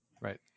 right